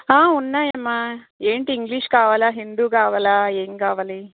ఉన్నాయమ్మా ఏంటి ఇంగ్లీష్ కావాలా హిందీ కావాలా ఏం కావాలి